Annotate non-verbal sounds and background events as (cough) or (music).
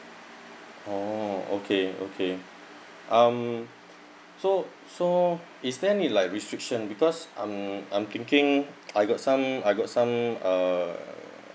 oh okay okay um so so is there any like restriction because um I'm thinking (noise) I got some I got some uh